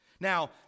Now